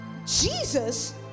Jesus